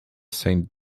saint